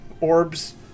orbs